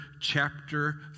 chapter